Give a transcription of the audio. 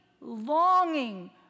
longing